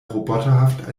roboterhaft